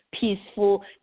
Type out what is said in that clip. peaceful